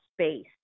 space